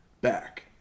back